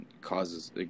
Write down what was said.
causes